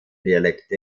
dialekte